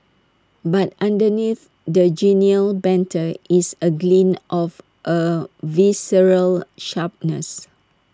but underneath the genial banter is A glint of A visceral sharpness